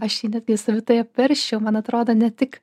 aš jį netgi savitai apversčiau man atrodo ne tik